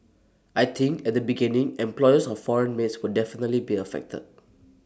I think at the beginning employers of foreign maids will definitely be affected